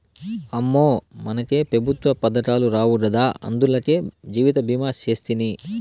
అమ్మో, మనకే పెఋత్వ పదకాలు రావు గదా, అందులకే జీవితభీమా సేస్తిని